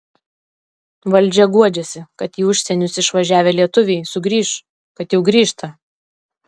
valdžia guodžiasi kad į užsienius išvažiavę lietuviai sugrįš kad jau grįžta